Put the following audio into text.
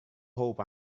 hope